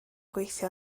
gweithio